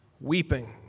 weeping